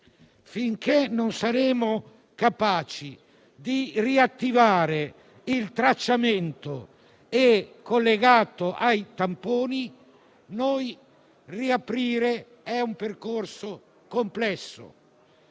Finché non saremo capaci di riattivare il tracciamento collegato ai tamponi, riaprire è un percorso complesso.